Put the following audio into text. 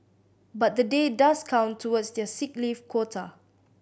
but the day does count towards their sick leave quota